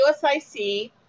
USIC